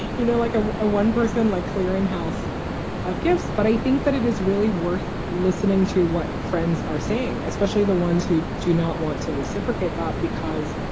you know, like a one person like clearinghouse of gifts. but i think that it is really worth listening to what friends are saying, especially the ones who do not want to reciprocate that because.